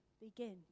begin